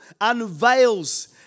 unveils